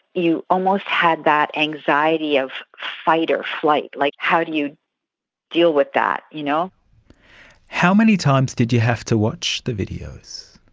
you almost had that anxiety of fight or flight, like how do you deal with that? you know how many times did you have to watch the videos?